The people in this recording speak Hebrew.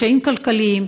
קשיים כלכליים.